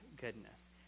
goodness